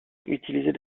utilisait